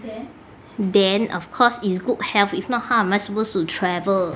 then of course is good health if not how am I supposed to travel